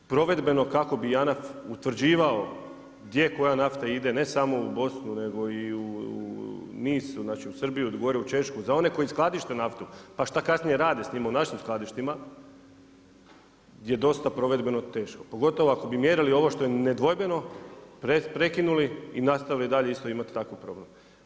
Provedbeno kako bi JANAF utvrđivao gdje koja nafta ide, ne samo u Bosnu nego i u Srbiju, gore u Češku, za one koji skladište naftu, pa šta kasnije rade s njima u našim skladištima gdje je dosta provedbeno teško, pogotovo ako bi mjerili ovo što je nedvojbeno, prekinuli i nastavili dalje isto imati takav problem.